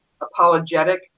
apologetic